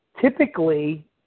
typically